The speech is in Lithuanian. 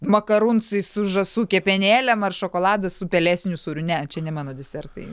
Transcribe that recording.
makarūnsai su žąsų kepenėlėm ar šokoladas su pelėsiniu sūriu ne čia ne mano desertai